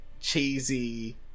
cheesy